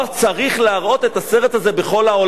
צריך להראות את הסרט הזה בכל העולם,